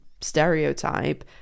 stereotype